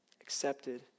accepted